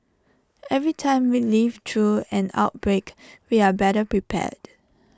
every time we live through an outbreak we are better prepared